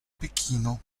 pechino